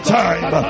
time